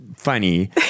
funny